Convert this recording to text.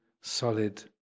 solid